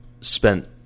spent